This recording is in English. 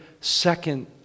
second